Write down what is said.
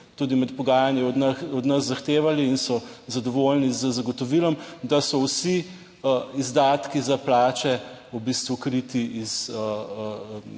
tudi med pogajanji od nas zahtevali in so zadovoljni z zagotovilom, da so vsi izdatki za plače v bistvu kriti iz